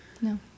no